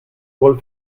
soll